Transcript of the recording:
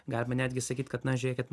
galime netgi sakyti kad na žiūrėkit